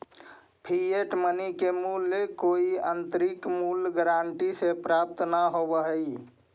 fiat money के मूल्य कोई आंतरिक मूल्य गारंटी से प्राप्त न होवऽ हई